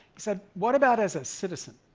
said, what about as a citizen?